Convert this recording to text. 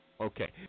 Okay